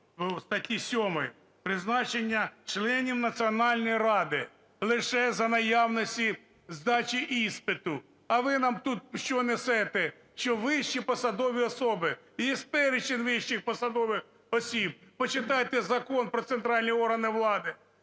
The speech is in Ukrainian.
статті 7: "Призначення членів Національної ради лише за наявності здачі іспиту". А ви нам тут що несете? Що вищі посадові особи. Є перечень вищих посадових осіб. Почитайте Закон про центральні органи влади,